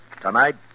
Tonight